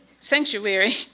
sanctuary